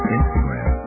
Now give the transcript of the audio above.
Instagram